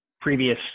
previous